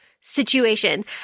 situation